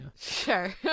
Sure